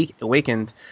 Awakened